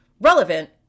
relevant